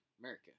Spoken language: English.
America